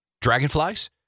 Dragonflies